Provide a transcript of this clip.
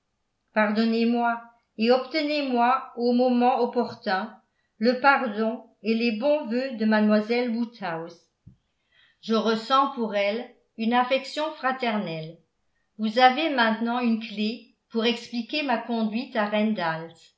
pardonnez-moi et obtenez-moi au moment opportun le pardon et les bons vœux de mlle woodhouse je ressens pour elle une affection fraternelle vous avez maintenant une clé pour expliquer ma conduite à